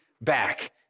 back